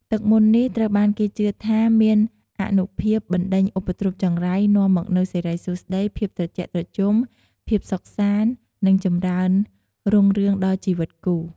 ទឹកមន្តនេះត្រូវបានគេជឿថាមានអានុភាពបណ្ដេញឧបទ្រពចង្រៃ នាំមកនូវសិរីសួស្ដី ភាពត្រជាក់ត្រជុំ ភាពសុខសាន្ត និងចម្រើនរុងរឿងដល់ជីវិតគូ។